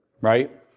right